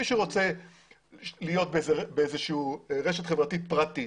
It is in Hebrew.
מי שרוצה להיות באיזושהי רשת חברתית פרטית,